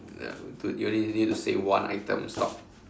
you only need to say one item stop